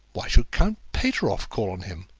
why should count pateroff call on him?